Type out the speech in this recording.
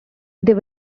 they